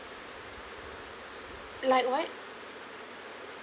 like what